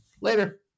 later